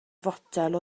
fotel